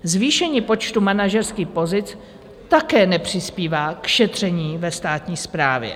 Zvýšení počtu manažerských pozic také nepřispívá k šetření ve státní správě.